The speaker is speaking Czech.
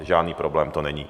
Žádný problém to není.